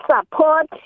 support